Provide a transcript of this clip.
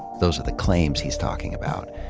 those are the cla ims he's talking about.